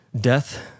death